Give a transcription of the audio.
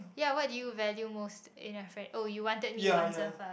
ya what did you value most in a friend or you wanted me to answer first